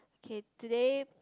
K today